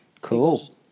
Cool